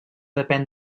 depèn